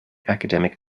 academic